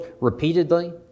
repeatedly